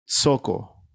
Soco